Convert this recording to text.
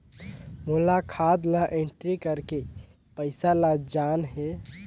मोला खाता ला एंट्री करेके पइसा ला जान हे?